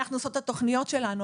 אנחנו עושות את התוכניות שלנו,